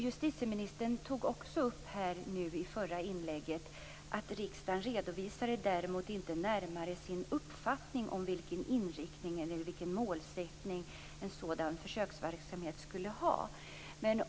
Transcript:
Justitieministern tog i sitt förra inlägg också upp att riksdagen inte närmare redovisade sin uppfattning om vilken inriktning eller målsättning en sådan försöksverksamhet skulle ha.